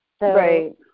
Right